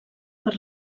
per